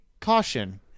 caution